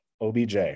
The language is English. OBJ